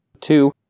two